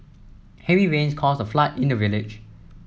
heavy rains caused a flood in the village